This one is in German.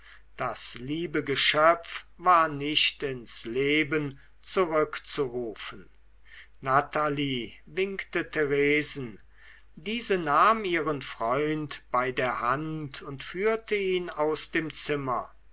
das liebe geschöpf war nicht ins leben zurückzurufen natalie winkte theresen diese nahm ihren freund bei der hand und führte ihn aus dem zimmer